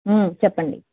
చెప్పండి